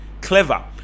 Clever